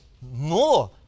more